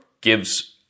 gives